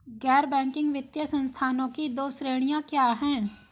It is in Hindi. गैर बैंकिंग वित्तीय संस्थानों की दो श्रेणियाँ क्या हैं?